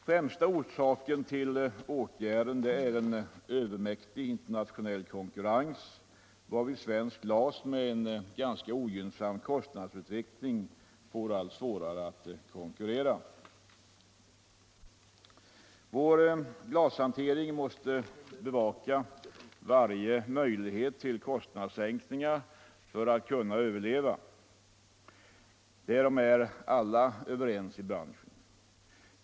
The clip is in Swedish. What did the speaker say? Främsta orsaken till åtgärden är en övermäktig internationell konkurrens. Svenskt glas, med en ganska ogynnsam kostnadsutveckling, får allt svårare att konkurrera. Vår glashantering måste bevaka varje möjlighet till kostnadssänkningar för att kunna överleva, därom är alla i branschen överens.